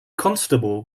constable